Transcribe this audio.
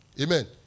Amen